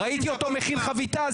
ראיתי אותו מכין חביתה,